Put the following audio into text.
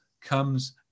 comes